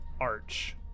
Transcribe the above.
arch